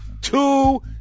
Two